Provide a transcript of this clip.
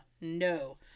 no